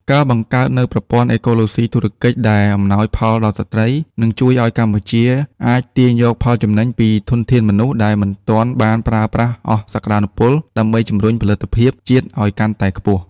ការបង្កើតនូវប្រព័ន្ធអេកូឡូស៊ីធុរកិច្ចដែលអំណោយផលដល់ស្ត្រី នឹងជួយឱ្យកម្ពុជាអាចទាញយកផលចំណេញពីធនធានមនុស្សដែលមិនទាន់បានប្រើប្រាស់អស់សក្ដានុពល ដើម្បីជំរុញផលិតភាពជាតិឱ្យកាន់តែខ្ពស់។